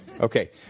Okay